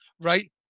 right